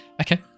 Okay